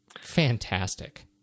fantastic